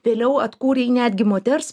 vėliau atkūrei netgi moters